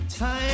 Time